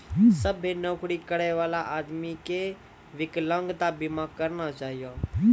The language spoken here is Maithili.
सभ्भे नौकरी करै बला आदमी के बिकलांगता बीमा करना चाहियो